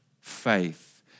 faith